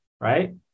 right